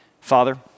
Father